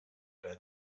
bed